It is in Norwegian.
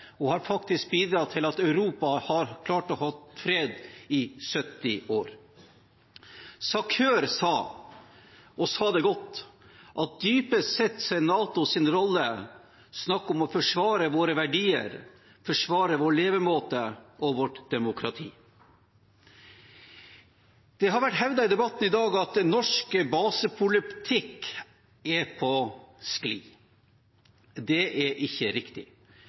og har bidratt til at Europa har klart å ha fred i 70 år. SACEUR sa det godt: Dypest sett er det i NATOs rolle snakk om å forsvare våre verdier, forsvare vår levemåte og vårt demokrati. Det har vært hevdet i debatten i dag at norsk basepolitikk er på glid. Det er ikke riktig.